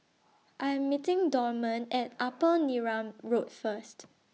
I Am meeting Dorman At Upper Neram Road First